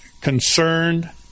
concerned